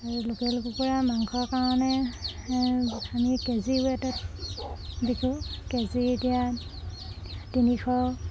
আৰু লোকেল কুকুৰা মাংসৰ কাৰণে আমি কে জি ৱেটত বিকো কে জি এতিয়া তিনিশ